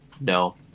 No